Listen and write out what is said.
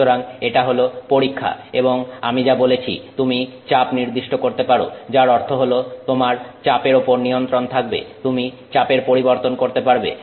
সুতরাং এটা হলো পরীক্ষা এবং আমি যা বলেছি তুমি চাপ নির্দিষ্ট করতে পারো যার অর্থ হল তোমার চাপের ওপর নিয়ন্ত্রণ থাকবে তুমি চাপের পরিবর্তন করতে পারবে